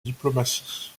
diplomatie